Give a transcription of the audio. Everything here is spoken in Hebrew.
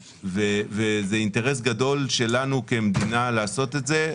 יש אינטרס גדול שלנו כמדינה לעשות את זה.